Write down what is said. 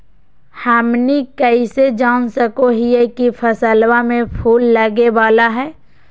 हमनी कइसे जान सको हीयइ की फसलबा में फूल लगे वाला हइ?